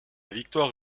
victoire